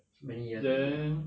so many years already ah